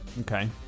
Okay